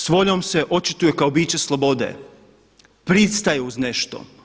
S voljom se očituje kao biće slobode, pristaje uz nešto.